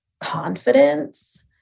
confidence